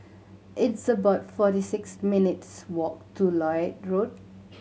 it's about forty six minutes walk to Lloyd Road